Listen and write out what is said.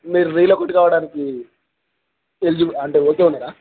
మీరు రీల కొట్ కావడానికి ఎల్జు అంటే ఓకే ఉన్నారా